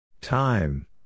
Time